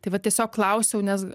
tai vat tiesiog klausiau nes